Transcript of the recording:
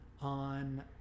on